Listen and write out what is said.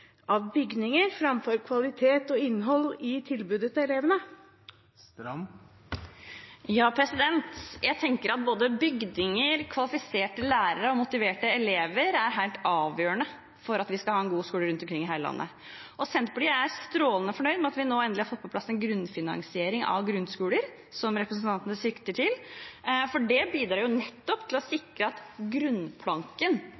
av bygninger framfor kvalitet og innhold i tilbudet til elevene? Jeg tenker at både bygninger, kvalifiserte lærere og motiverte elever er helt avgjørende for at vi skal ha en god skole rundt omkring i hele landet. Senterpartiet er strålende fornøyd med at vi endelig har fått på plass en grunnfinansiering av grunnskoler, som representanten sikter til. Det bidrar nettopp til å